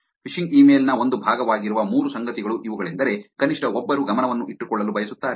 fishing email ನ ಒಂದು ಭಾಗವಾಗಿರುವ ಮೂರು ಸಂಗತಿಗಳು ಇವುಗಳೆಂದರೆ ಕನಿಷ್ಠ ಒಬ್ಬರು ಗಮನವನ್ನು ಇಟ್ಟುಕೊಳ್ಳಲು ಬಯಸುತ್ತಾರೆ